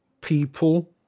people